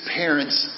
parents